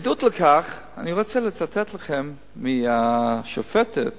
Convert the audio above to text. עדות לכך אני רוצה לצטט לכם מפסק-הדין של השופטת